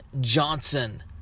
Johnson